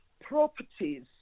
properties